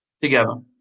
together